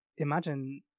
imagine